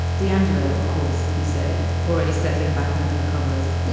the angelo, of course. he said, already settling back under the covers.